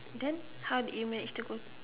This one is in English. then how did you manage to go